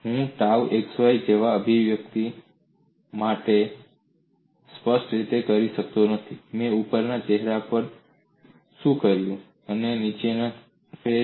હું tau xy જેવા વ્યક્તિગત માપને સ્પષ્ટ કરી શકતો નથી મેં ઉપરના ચહેરા પર શું કર્યું અને નીચેનો ચહેરો